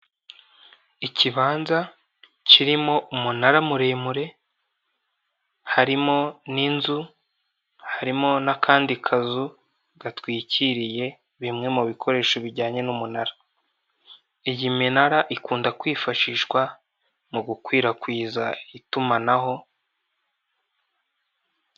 Ikibanza kirimo umunara muremure harimo n'inzu harimo n'akandi kazu gatwikiriye bimwe mu ibikoresho bijyanye n'umunara, iyi minara ikunda kwifashishwa mu gukwirakwiza itumanaho.